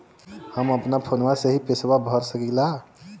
हम अपना फोनवा से ही पेसवा भर सकी ला?